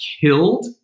killed